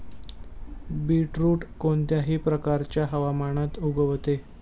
beetroot कोणत्याही प्रकारच्या हवामानात उगवते